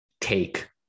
take